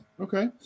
Okay